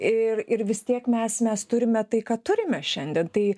ir ir vis tiek mes mes turime tai ką turime šiandien tai